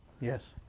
Yes